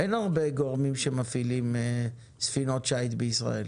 אין הרבה גורמים שמפעילים ספינות שיט בישראל.